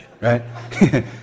right